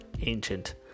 ancient